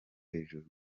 hejuru